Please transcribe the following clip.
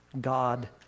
God